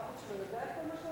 שר החוץ שלו יודע את כל מה שאמרת?